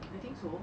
I think so